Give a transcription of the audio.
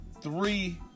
three